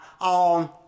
on